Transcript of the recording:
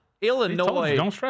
Illinois